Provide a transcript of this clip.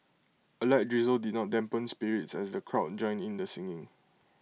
A light drizzle did not dampen spirits as the crowd joined in the singing